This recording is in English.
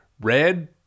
red